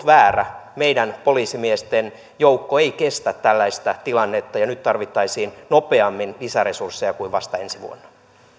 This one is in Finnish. väärä meidän poliisimiesten joukko ei kestä tällaista tilannetta ja nyt tarvittaisiin lisäresursseja nopeammin kuin vasta ensi vuonna